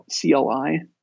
CLI